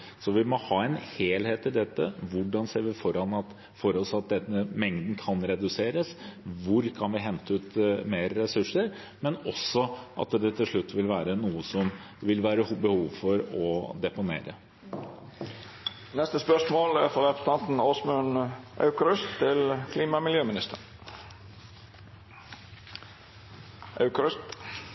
Så vi må ha en helhet i dette, hvordan vi ser for oss at denne mengden kan reduseres, hvor vi kan hente ut flere ressurser, men også at det til slutt vil være noe som det er behov for å deponere. «Selskapet Svaice vil bruke isbreen Svartisen til å lage isbiter til barer verden over. Prosjektet vil ha store miljø- og